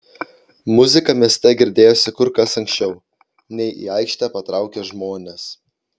muzika mieste girdėjosi kur kas anksčiau nei į aikštę patraukė žmonės